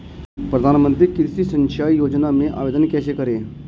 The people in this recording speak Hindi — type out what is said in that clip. प्रधानमंत्री कृषि सिंचाई योजना में आवेदन कैसे करें?